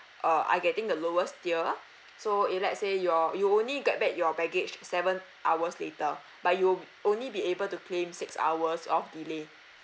uh are getting the lowest tier so if let's say your you only get back your baggage seven hours later but you will only be able to claim six hours of delay